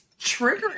triggering